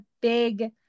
big